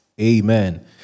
Amen